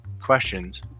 questions